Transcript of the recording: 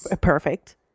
perfect